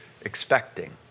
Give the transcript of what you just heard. expecting